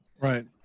Right